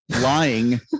lying